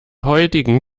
heutigen